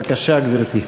בבקשה, גברתי.